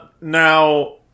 now